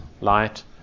light